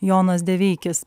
jonas deveikis